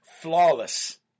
flawless